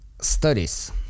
studies